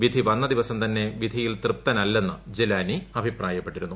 വിധി വന്ന ദിവസം തന്നെ വിധിയിൽ തൃപ്തനല്ലെന്ന് ജിലാനി അഭിപ്രായപ്പെട്ടിരുന്നു